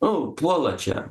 nu puola čia